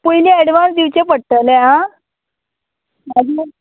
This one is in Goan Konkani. पयलीं एडवान्स दिवचें पडटलें आं मागीर